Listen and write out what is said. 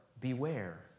beware